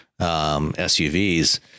SUVs